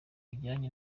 bijyanye